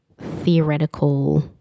theoretical